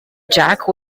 jack